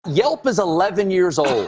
yelp is eleven years old,